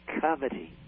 coveting